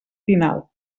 final